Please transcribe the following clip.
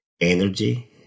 Energy